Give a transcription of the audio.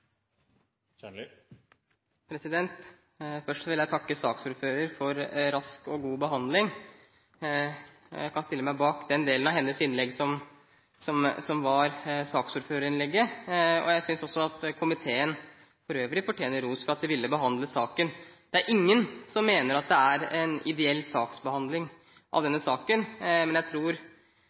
løsninger. Først vil jeg takke saksordføreren for rask og god behandling. Jeg kan stille meg bak den delen av hennes innlegg som var saksordførerinnlegget, og jeg synes komiteen for øvrig fortjener ros for at de ville behandle saken. Det er ingen som mener dette er en ideell saksbehandling, men jeg tror både saksordføreren og jeg deler interessen av at denne